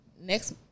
next